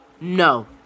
No